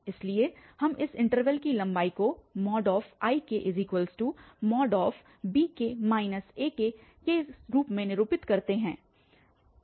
इसलिए हम इस इन्टरवल की लंबाई को Ikbk ak से निरूपित करते हैं